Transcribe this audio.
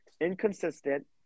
Inconsistent